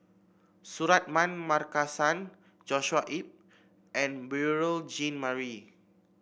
Suratman Markasan Joshua Ip and Beurel Jean Marie